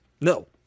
No